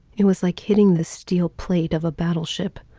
it was like hitting the steel plate of a battleship.